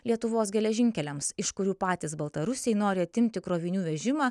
lietuvos geležinkeliams iš kurių patys baltarusiai nori atimti krovinių vežimą